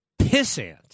pissant